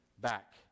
back